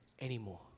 anymore